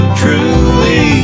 truly